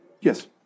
Yes